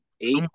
eight